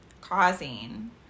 causing